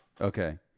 okay